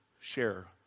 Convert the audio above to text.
share